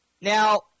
Now